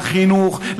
לחינוך,